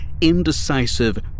indecisive